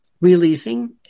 releasing